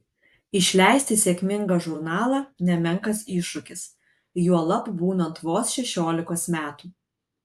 išleisti sėkmingą žurnalą nemenkas iššūkis juolab būnant vos šešiolikos metų